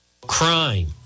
crime